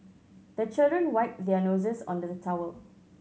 the children wipe their noses on the towel